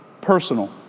personal